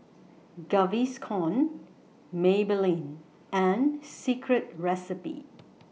Gaviscon Maybelline and Secret Recipe